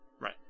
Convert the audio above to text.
Right